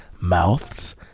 mouths